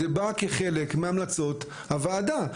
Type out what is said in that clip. זה בא כחלק מהמלצות הוועדה.